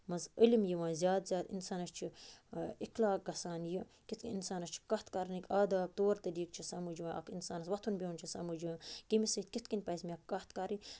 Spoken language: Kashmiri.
منٛز علِم یِوان زیادٕ زیادٕ اِنسانَس چھُ اِخلاق گژھان یہِ کِتھٕ کٔنۍ اِنسانَس چھُ کَتھ کَرنٕکۍ آداب طور طٔریٖقہٕ چھُ سَمجھ یِوان اکھ اِنسانَس وۄتھُن بِہُن چھُ سَمجھ یِوان کٔمِس سۭتۍ کِتھٕ کٔنۍ پَزِ مےٚ کَتھ کَرٕنۍ